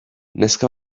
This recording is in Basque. neska